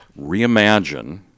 reimagine